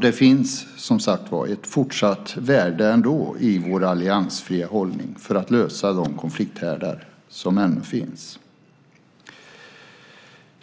Det finns ett fortsatt värde ändå i vår alliansfria hållning för att lösa de konflikthärdar som finns.